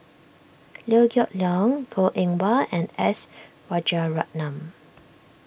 Liew Geok Leong Goh Eng Wah and S Rajaratnam